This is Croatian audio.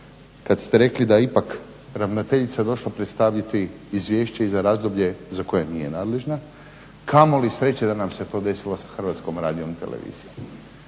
kada ste rekli da ipak ravnateljica došla predstaviti izvješće i za razdoblje za koje nije nadležna. Kamoli sreće da nam se to desilo sa HRT-om jer ravnatelja